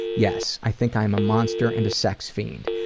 yes. i think i am a monster and a sex fiend.